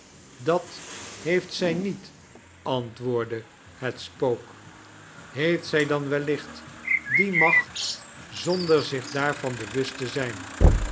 dat heeft zij niet antwoordde het spook heeft zij dan wellicht die macht zonder zich daarvan bewust te zijn